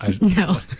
No